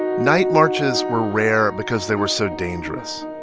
night marches were rare because they were so dangerous.